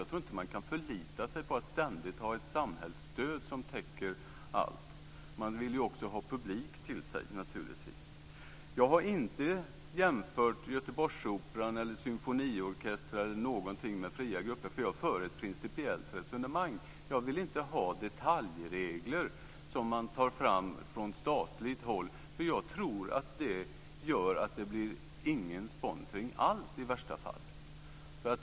Jag tror inte att man kan förlita sig på att ständigt ha ett samhällsstöd som täcker allt. Man vill ju naturligtvis också ha publik. Jag har inte jämfört Göteborgsoperan, symfoniorkestrar eller något annat med fria grupper, utan jag för ett principiellt resonemang. Jag vill inte ha detaljregler som tas fram från statligt håll, för jag tror att det leder till att det inte blir någon sponsring alls i värsta fall.